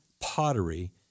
pottery